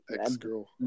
ex-girl